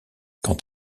quant